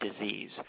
disease